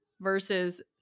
versus